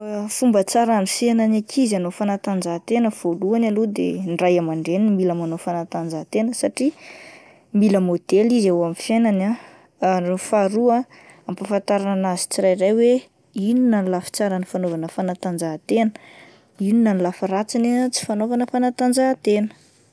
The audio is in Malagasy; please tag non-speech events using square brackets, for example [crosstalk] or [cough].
[hesitation] Ny fomba tsara andrisihana ny ankizy hanao fanatanjahantena voalohany aloha dia ny ray aman-dreniny no mila manao fanatanjahatena satria mila modely izy eo amin'ny fiainany ah, ary ny faharoa ampahafatarina an'azy tsirairay hoe inona no lafi-tsara ny fanaovana fanatanjahatena ,inona no lafi-ratsiny ah tsy fanaovana fanatanjahantena.